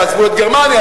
יעזבו את גרמניה,